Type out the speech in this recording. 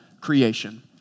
creation